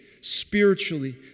spiritually